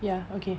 ya okay